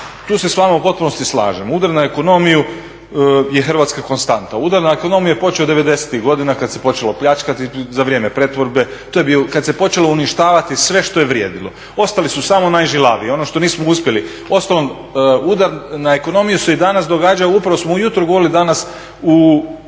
Tu se s vama u potpunosti slažem, udar na ekonomiju je hrvatska konstanta. Udar na ekonomiju je počeo '90.-tih godina kada se počelo pljačkati za vrijeme pretvorbe, to je bilo, kada se počelo uništavati sve što je vrijedilo. Ostali su samo najžilaviji, ono što nismo uspjeli, uostalom, udar na ekonomiju se i danas događa upravo smo ujutro govorili danas u